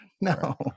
no